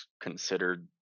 considered